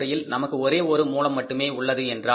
இரும்புத் துறையில் நமக்கு ஒரே ஒரு மூலம் மட்டுமே உள்ளது